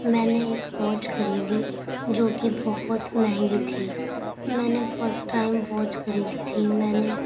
میں نے ایک واچ خریدی جو کہ بہت مہنگی تھی میں نے فرسٹ ٹائم واچ خریدی تھی میں نے